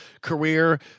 career